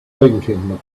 thinking